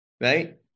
right